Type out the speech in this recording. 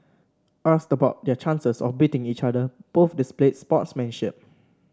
asked about their chances of beating each other both displayed sportsmanship